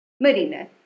Marina